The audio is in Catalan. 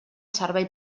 servei